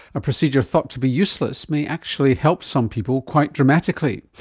a procedure thought to be useless may actually help some people quite dramatically.